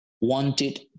wanted